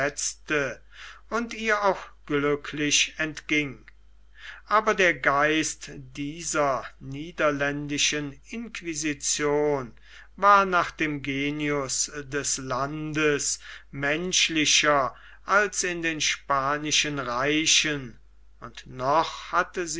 und ihr auch glücklich entging aber der geist dieser niederländischen inquisition war nach dem genius des landes menschlicher als in den spanischen reichen und noch hatte